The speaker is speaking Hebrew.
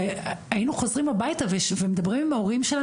והיינו חוזרים הביתה ומדברים עם ההורים על